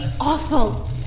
awful